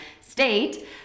state